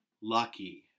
lucky